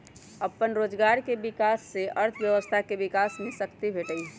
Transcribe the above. अप्पन रोजगार के विकास से अर्थव्यवस्था के विकास के शक्ती भेटहइ